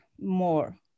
more